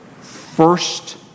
first